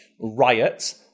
Riot